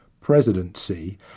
presidency